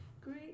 great